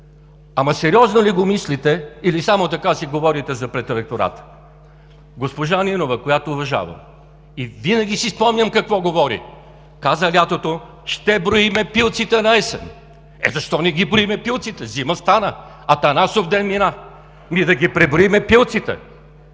ама сериозно ли го мислите, или само така си говорите за пред електората? Госпожа Нинова, която уважавам и винаги си спомням какво говори, каза лятото: ще броим пилците наесен. Защо не ги броим пилците? Зима стана, Атанасов ден мина! Ами да ги преброим пилците!